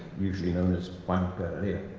usually known as juan